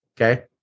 Okay